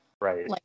Right